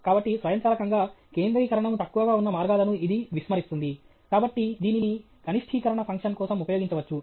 కాబట్టి స్వయంచాలకంగా కేంద్రీకరణము తక్కువగా ఉన్న మార్గాలను ఇది విస్మరిస్తుంది కాబట్టి దీనిని కనిష్టీకరణ ఫంక్షన్ కోసం ఉపయోగించవచ్చు